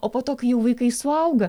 o po to kai jau vaikai suauga